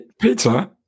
Peter